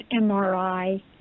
MRI